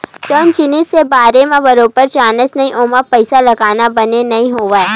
जउन जिनिस के बारे म बरोबर जानस नइ ओमा पइसा लगाना बने नइ होवय